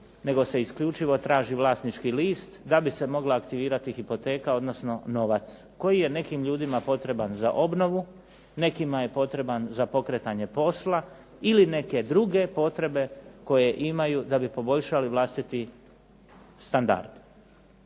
nego se isključivo traži vlasnički list, da bi se mogla aktivirati hipoteka, odnosno novac, koji je nekim ljudima potreban za obnovu, nekima je potreban za pokretanje posla, ili neke druge potrebe koje imaju da bi poboljšali vlastiti standard.